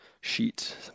sheet